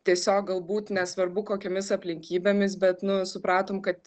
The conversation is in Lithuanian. tiesiog galbūt nesvarbu kokiomis aplinkybėmis bet nu supratom kad